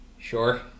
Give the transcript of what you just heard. sure